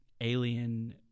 alien